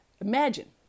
imagine